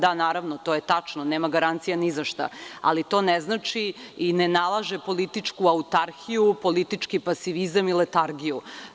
Da, naravno, to je tačno, nema garancija ni za šta, ali to ne znači i ne nalaže političku autarhiju, politički pasivizam i letargiju.